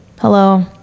hello